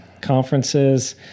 conferences